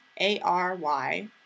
A-R-Y